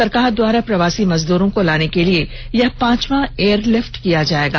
सरकार द्वारा प्रवासी मजदूरों को लाने के लिए यह पांचवां एयर लिफ्ट किया जायेगा